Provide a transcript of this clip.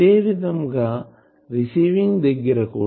ఇదేవిధం గా రిసీవింగ్ దగ్గర కూడా పవర్ తీసుకుంటుంది